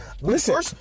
Listen